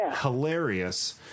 hilarious